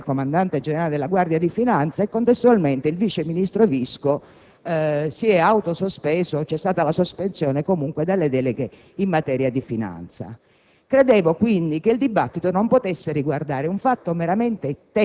cioè, che il Governo abbia proceduto alla destituzione del Comandante generale della Guardia di finanza e contestualmente il vice ministro Visco si è autosospeso o, comunque, vi è stata la sospensione delle deleghe in materia di finanza.